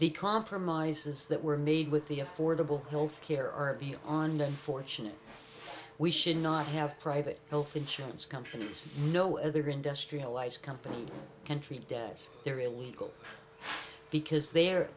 the compromises that were made with the affordable health care or be on the fortunate we should not have private health insurance companies no other industrialized company country dance their illegal because the